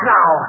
Now